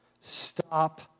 Stop